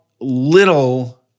little